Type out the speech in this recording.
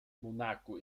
monaco